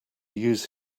use